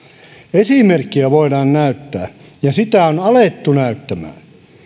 esimerkkiä voidaan näyttää ja sitä on alettu näyttämään